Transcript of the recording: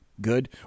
good